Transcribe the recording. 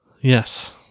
yes